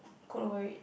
coat over it